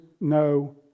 no